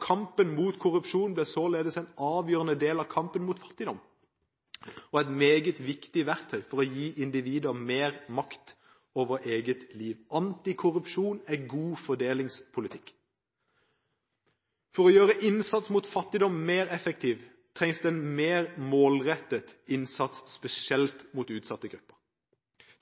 Kampen mot korrupsjon ble således en avgjørende del av kampen mot fattigdom, og er et meget viktig verktøy for å gi individer mer makt over eget liv. Antikorrupsjon er god fordelingspolitikk. For å gjøre innsatsen mot fattigdommen mer effektiv trengs det mer målrettet innsats – spesielt mot utsatte grupper.